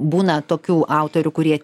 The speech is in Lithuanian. būna tokių autorių kurie